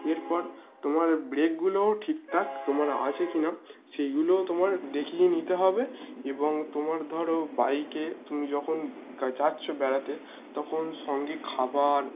এরপর তোমার ব্রেকগুলোও ঠিকঠাক তোমার আছে কিনা সেইগুলোও তোমার দেখিয়ে নিতে হবে এবং তোমার ধর বাইকে তুমি যখন যাচ্ছো বেড়াতে তখন সঙ্গে খাবার